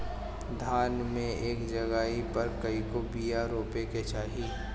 धान मे एक जगही पर कएगो बिया रोपे के चाही?